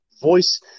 voice